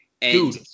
Dude